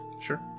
Sure